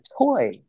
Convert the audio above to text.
toy